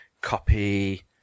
copy